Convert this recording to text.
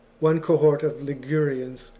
one cohort of ligurians,